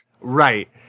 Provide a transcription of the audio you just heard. Right